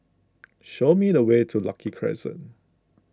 show me the way to Lucky Crescent